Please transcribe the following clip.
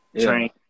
train